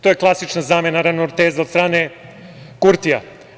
To je klasična zamena teza od strane Kurtija.